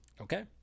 Okay